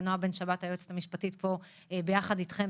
ונעה בן שבת היועצת המשפטית ביחד אתכם,